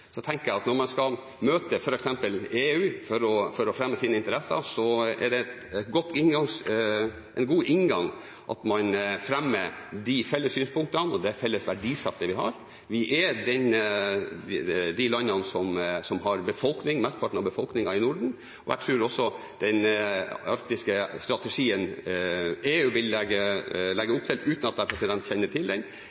det en god inngang at man fremmer de felles synspunktene og det felles verdisettet vi har. Vi er de landene som har mesteparten av befolkningen i nord, og jeg tror den arktiske strategien EU vil legge